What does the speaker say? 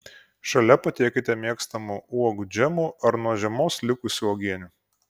šalia patiekite mėgstamų uogų džemų ar nuo žiemos likusių uogienių